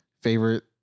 favorite